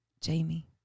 jamie